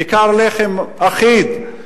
כיכר לחם אחיד,